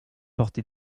porté